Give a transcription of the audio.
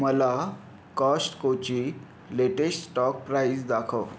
मला कॉस्टकोची latest stock price दाखव